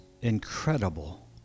incredible